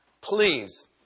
please